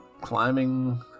climbing